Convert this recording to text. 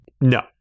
No